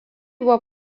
buvo